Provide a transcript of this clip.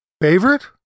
Favorite